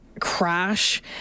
crash